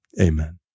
Amen